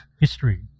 history